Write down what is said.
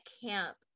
camp